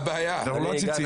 זו הבעיה, אנחנו לא עציצים.